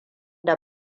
da